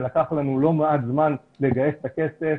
לקח לנו לא מעט זמן לגייס את הכסף.